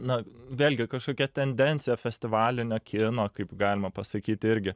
na vėlgi kažkokia tendencija festivalinio kino kaip galima pasakyt irgi